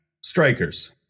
Strikers